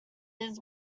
his